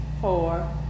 four